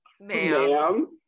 ma'am